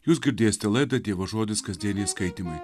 jūs girdėsite laidą dievo žodis kasdieniai skaitymai